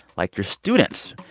like your students,